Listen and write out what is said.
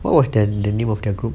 what was their the name of their group